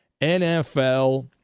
NFL